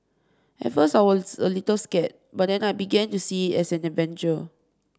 at first I was a little scared but then I began to see it as an adventure